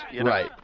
Right